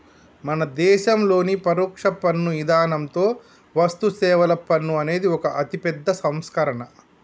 మన దేసంలోని పరొక్ష పన్ను ఇధానంతో వస్తుసేవల పన్ను అనేది ఒక అతిపెద్ద సంస్కరణ